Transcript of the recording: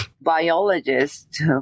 biologist